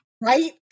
Right